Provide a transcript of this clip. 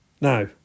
Now